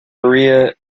maria